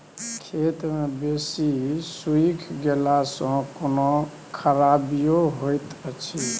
खेत मे बेसी सुइख गेला सॅ कोनो खराबीयो होयत अछि?